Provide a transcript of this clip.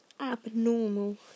abnormal